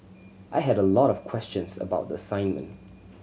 I had a lot of questions about the assignment